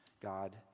God